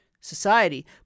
society